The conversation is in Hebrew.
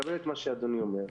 אני מקבל את מה שאדוני אומר,